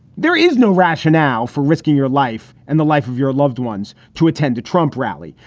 there is no rationale for risking your life and the life of your loved ones to attend to trump rally.